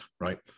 right